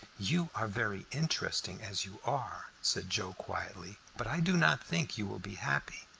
you are very interesting as you are, said joe quietly. but i do not think you will be happy.